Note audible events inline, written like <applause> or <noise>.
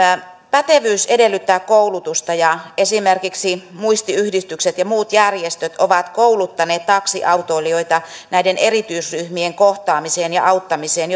pätevyys edellyttää koulutusta ja esimerkiksi muistiyhdistykset ja muut järjestöt ovat kouluttaneet taksiautoilijoita näiden erityisryhmien kohtaamiseen ja auttamiseen <unintelligible>